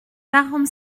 quarante